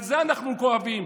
על זה אנחנו כואבים,